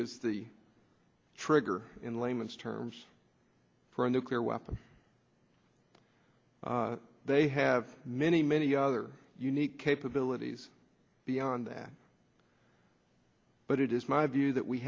is the trigger in layman's terms for a nuclear weapon they have many many other unique capabilities beyond that but it is my view that we